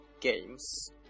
games